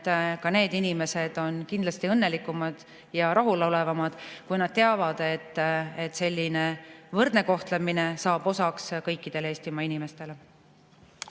et ka need inimesed on kindlasti õnnelikumad ja rahulolevamad, kui nad teavad, et selline võrdne kohtlemine saab osaks kõikidele Eestimaa inimestele.